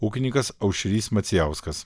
ūkininkas aušrys macijauskas